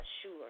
sure